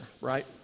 Right